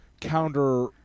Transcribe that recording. counter